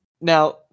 Now